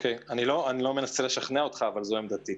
אני לא מנסה לשכנע אותך אבל זו עמדתי.